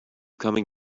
coming